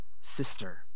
sister